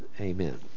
Amen